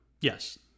Yes